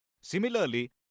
Similarly